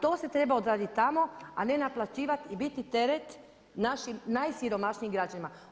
To se treba odraditi tamo, a ne naplaćivati i biti teret našim najsiromašnijim građanima.